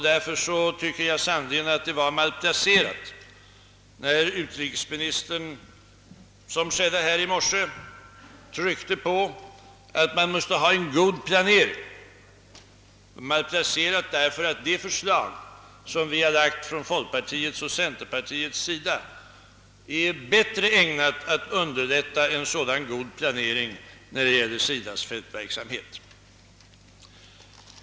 Därför tycker jag sannerligen att det var malplacerat när utrikesministern, vilket skedde här i morse, tryckte på att man måste: ha en god planering, malplacerat, därför att det förslag som vi har lagt fram från folkpartiets och centerpartiets sida är bättre ägnat att underlätta en sådan god planering när det gäller .SIDA:s fältverksamhet.